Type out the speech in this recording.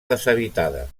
deshabitada